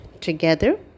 together